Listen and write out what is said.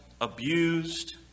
abused